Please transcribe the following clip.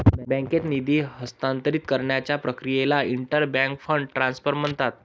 बँकेत निधी हस्तांतरित करण्याच्या प्रक्रियेला इंटर बँक फंड ट्रान्सफर म्हणतात